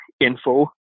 info